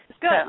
good